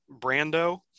Brando